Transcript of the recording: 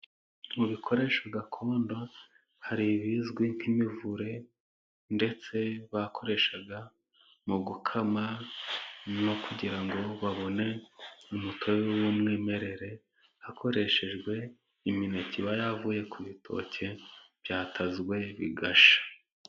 Mu bikoresho gakondo hari ibizwi nk'imivure ndetse bakoresha mu gukama no kugira ngo babone umutobe w'umwimerere, hakoreshejwe imineke iba yavuye ku bitoki byatazwe bigashya.